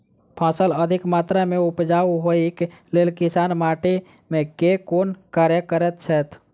फसल अधिक मात्रा मे उपजाउ होइक लेल किसान माटि मे केँ कुन कार्य करैत छैथ?